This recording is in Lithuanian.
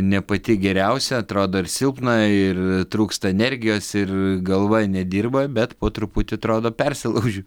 ne pati geriausia atrodo ir silpna ir trūksta energijos ir galva nedirba bet po truputį atrodo persilaužiu